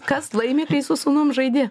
kas laimi kai su sūnum žaidi